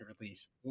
released